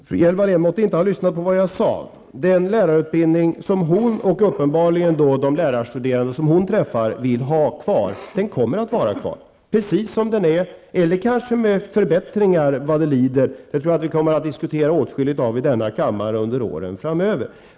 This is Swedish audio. Herr talman! Fru Hjelm-Wallén måtte inte ha lyssnat på vad jag sade. Den lärarutbildning som hon och uppenbarligen de lärarstuderande som hon träffar vill ha kvar kommer att vara kvar, precis som den är, eller kanske med förbättringar vad det lider. Det kommer vi att diskutera åtskilligt i denna kammare under åren framöver.